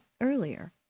earlier